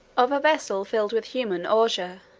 of a vessel filled with human ordure,